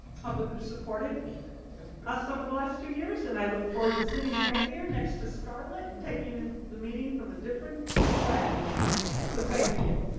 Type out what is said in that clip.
public who supported us over the last two years and i look forward to sitting right here next to scarlett and taking and the meeting from a different lens so thank you.